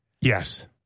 Yes